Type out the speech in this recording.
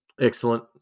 Excellent